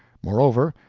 moreover,